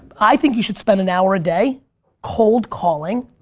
i think you should spend an hour a day cold-calling,